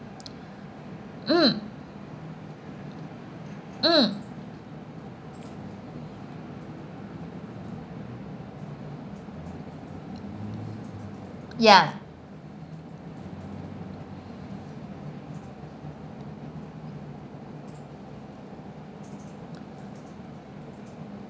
mm mm ya